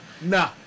Nah